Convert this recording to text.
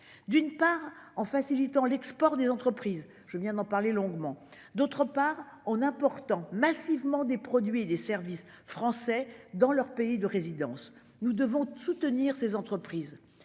d'une part en facilitant l'export des entreprises. Je viens d'en parler longuement. D'autre part on important massivement des produits et des services français dans leur pays de résidence. Nous devons soutenir ses entreprises